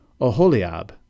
Oholiab